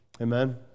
Amen